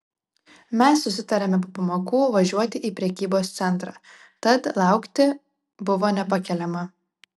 mes susitarėme po pamokų važiuoti į prekybos centrą tad laukti buvo nepakeliama